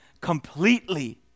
completely